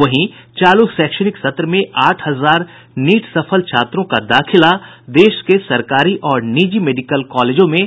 वहीं चालू शैक्षणिक सत्र में आठ हजार नीट सफल छात्रों का दाखिला देश के सरकारी और निजी मेडिकल कालेजों में